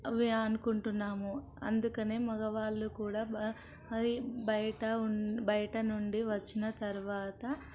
వి అనుకుంటున్నాము అదే అనుకుంటున్నాము అందుకనే మగవాళ్ళు కూడా బయట బయట నుండి వచ్చిన తర్వాత